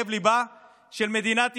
היא על לב-ליבה של מדינת ישראל.